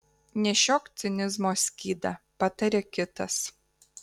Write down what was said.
nešiok cinizmo skydą pataria kitas